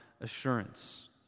assurance